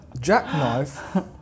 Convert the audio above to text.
Jackknife